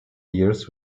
years